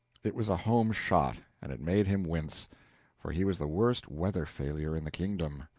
it was a home shot, and it made him wince for he was the worst weather-failure in the kingdom.